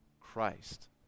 Christ